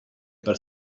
per